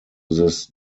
this